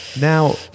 Now